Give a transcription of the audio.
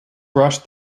brush